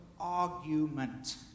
argument